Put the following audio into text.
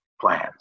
plans